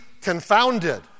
confounded